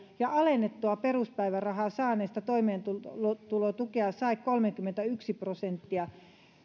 ja alennettua peruspäivärahaa saaneista toimeentulotukea sai kolmekymmentäyksi prosenttia